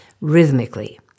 rhythmically